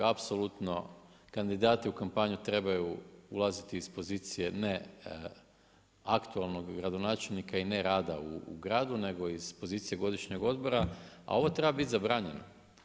Apsolutno kandidati u kampanju trebaju ulaziti iz pozicije ne aktualnog gradonačelnika i ne rada u gradu, nego iz pozicije godišnjeg odmora, a ovo treba bit zabranjeno.